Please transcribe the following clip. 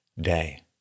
day